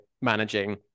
managing